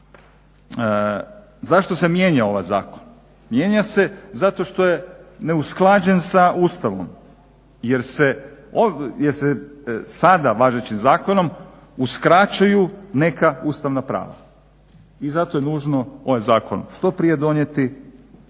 zašto se mijenja ovaj zakon? Mijenja se zato što je neusklađen sa Ustavom jer se sada važećim zakonom uskraćuju neka ustavna prava. I zato je nužno ovaj zakon što prije donijeti